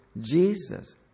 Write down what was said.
Jesus